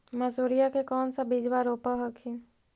मसुरिया के कौन सा बिजबा रोप हखिन?